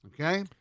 Okay